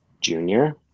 junior